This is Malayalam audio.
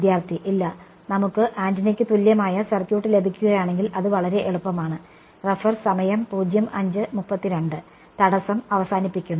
വിദ്യാർത്ഥി ഇല്ല നമുക്ക് ആന്റിനയ്ക്ക് തുല്യമായ സർക്യൂട്ട് ലഭിക്കുകയാണെങ്കിൽ അത് വളരെ എളുപ്പമാണ് തടസ്സം അവസാനിപ്പിക്കുന്നു